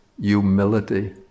humility